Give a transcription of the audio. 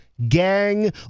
gang